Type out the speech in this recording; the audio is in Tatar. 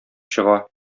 чыга